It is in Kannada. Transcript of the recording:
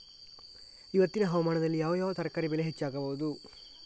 ಇವತ್ತಿನ ಹವಾಮಾನದಲ್ಲಿ ಯಾವ ಯಾವ ತರಕಾರಿ ಬೆಳೆ ಹೆಚ್ಚಾಗಬಹುದು?